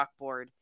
chalkboard